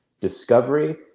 Discovery